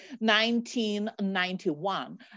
1991